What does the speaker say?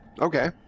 Okay